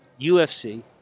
UFC